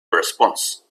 response